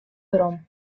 werom